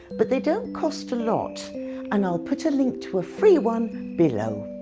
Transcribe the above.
but they don't cost a lot and i'll put a link to a free one below.